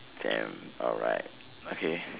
damn all right okay